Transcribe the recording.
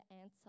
answer